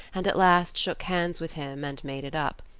and at last shook hands with him and made it up.